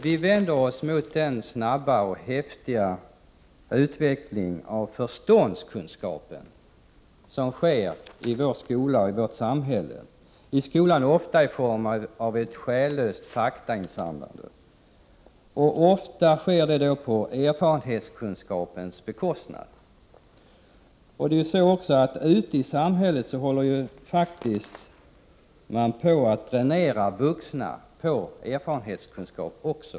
Vi vänder oss mot den snabba och häftiga utvecklingen av förståndskunskaper som sker i vår skola och vårt samhälle, i skolan ofta i form av ett själlöst faktainsamlande. Ofta sker detta på erfarenhetskunskapens bekostnad. Ute i samhället håller man faktiskt på att dränera också vuxna på erfarenhetskunskaper.